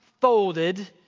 folded